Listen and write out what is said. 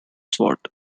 sword